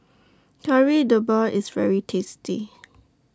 Kari Debal IS very tasty